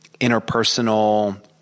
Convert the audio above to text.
interpersonal